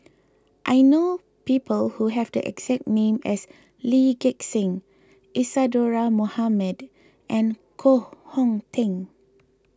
I know people who have the exact name as Lee Gek Seng Isadhora Mohamed and Koh Hong Teng